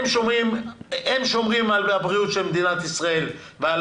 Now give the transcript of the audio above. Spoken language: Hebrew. הם שומרים על הבריאות של מדינת ישראל ועל